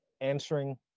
answering